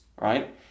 right